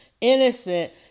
innocent